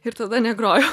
ir tada negrojau